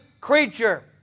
creature